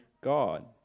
God